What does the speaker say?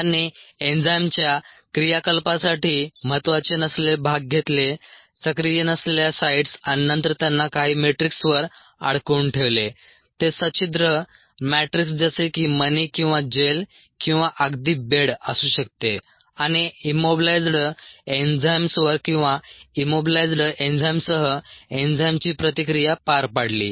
त्यांनी एन्झाइमच्या क्रियाकलापासाठी महत्त्वाचे नसलेले भाग घेतले सक्रिय नसलेल्या साइट्स आणि नंतर त्यांना काही मॅट्रिक्सवर अडकवून ठेवले ते सच्छिद्र मॅट्रिक्स जसे की मणी किंवा जेल किंवा अगदी बेड असू शकते आणि इम्मोबिलायझ्ड एन्झाइम्सवर किंवा इम्मोबिलायझ्ड एन्झाइमसह एन्झाइमची प्रतिक्रिया पार पाडली